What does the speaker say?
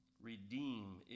Redeem